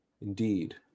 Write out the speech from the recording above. Indeed